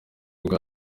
bwa